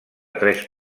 tres